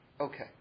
okay